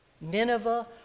Nineveh